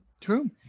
true